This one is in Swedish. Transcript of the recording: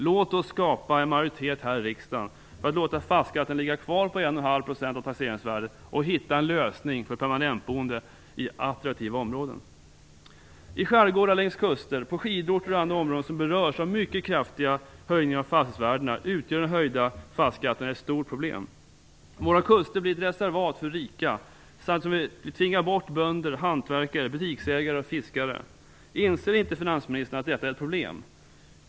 Låt oss skapa en majoritet i riksdagen för att låta fastighetsskatten ligga kvar på 1,5 % av taxeringsvärdet och för att hitta en lösning för permanentboende i attraktiva områden. I skärgårdar, längs kusterna, på skidorter och andra områden som berörs av mycket kraftiga höjningar av fastighetsvärdena utgör den höjda fastighetsskatten ett stort problem. Våra kuster blir ett reservat för rika samtidigt som skatten tvingar bort bönder, hantverkare, butiksägare och fiskare. Inser inte finansministern att detta är ett problem?